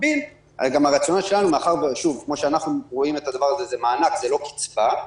הרציונל שלנו הוא שזה מענק ולא קצבה,